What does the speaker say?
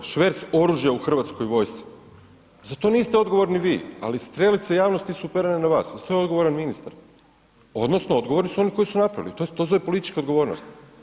Švec oružja u hrvatskoj vojci, za to niste odgovorni vi, ali strelice javnosti su uperene na vas, za to je odgovoran ministar odnosno odgovorni su oni koji su napravili, to se zove politička odgovornost.